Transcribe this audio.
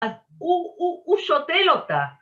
‫הוא שותל אותה.